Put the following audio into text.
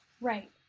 Right